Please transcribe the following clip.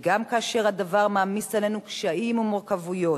וגם כאשר הדבר מעמיס עלינו קשיים ומורכבויות,